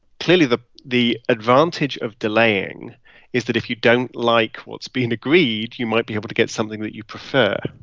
clearly, the the advantage of delaying is that if you don't like what's been agreed, you might be able to get something that you prefer.